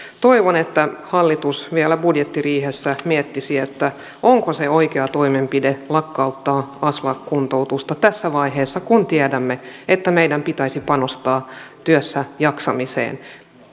toivon että hallitus vielä budjettiriihessä miettisi onko oikea toimenpide lakkauttaa aslak kuntoutus tässä vaiheessa kun tiedämme että meidän pitäisi panostaa työssäjaksamiseen